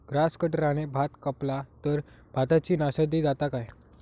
Grass कटराने भात कपला तर भाताची नाशादी जाता काय?